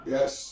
Yes